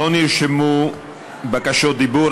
לא נרשמו בקשות דיבור.